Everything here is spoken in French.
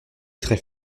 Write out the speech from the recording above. traits